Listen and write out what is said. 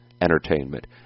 entertainment